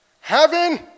heaven